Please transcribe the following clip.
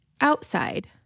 outside